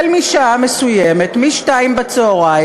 וכן היא הוגשה בכנסות קודמות יחד עם חבר הכנסת ד"ר אחמד